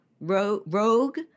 rogue